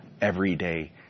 everyday